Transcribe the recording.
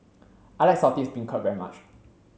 I like Saltish Beancurd very much